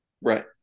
Right